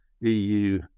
EU